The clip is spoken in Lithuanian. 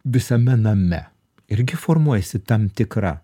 visame name irgi formuojasi tam tikra